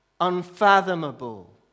unfathomable